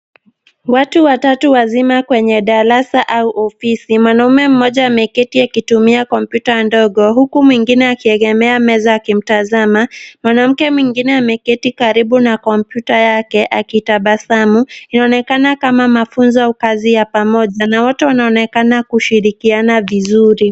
Watu watatu wazima kwenye darasa au ofisi. Mwanaume mmoja ameketi akitumia kompyuta ndogo huku mwengine akiegenea meza akitazama. Mwanamke mwengine ameketi karibu na kompyuta yake akitabasamu. Inaonekana kama kazini au mafunzo ya wote pamoja. Wote wanaonekana kushirikiana vizuri.